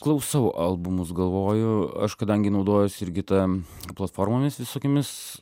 klausau albumus galvoju aš kadangi naudojuosi irgi ta platformomis visokiomis